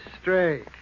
straight